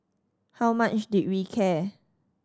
how much did we care